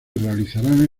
realizarán